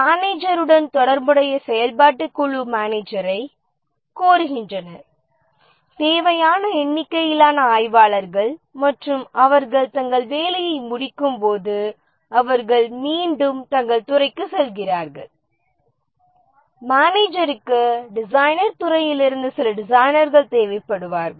மேனேஜருடன் தொடர்புடைய செயல்பாட்டுக் குழு மேனேஜரைக் கோருகின்றனர் தேவையான எண்ணிக்கையிலான ஆய்வாளர்களை மற்றும் அவர்கள் தங்கள் வேலையை முடிக்கும்போது அவர்கள் மீண்டும் தங்கள் துறைக்குச் செல்கிறார்கள் மேனேஜருக்கு டிசைனர் துறையிலிருந்து சில டிசைனர்கள் தேவைப்படுவார்கள்